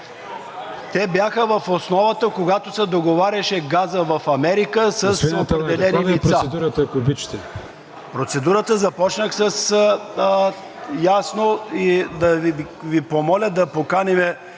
Те бяха в основата, когато се договаряше газът в Америка с определени лица.